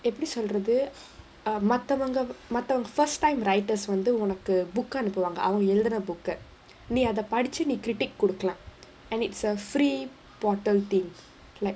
எப்பிடி சொல்றது:eppidi solrathu um மத்தவங்க மத்த:mathavanga matha first time writers வந்து உனக்கு:vandhu unakku book அனுப்புவாங்க அவங்க எழுதுன:anuppuvaanga avanga eluthuna book நீ அத படுச்சு நீ:nee adha paduchu nee critique குடுக்கலாம்:kudukkalaam and it's a free portal thing like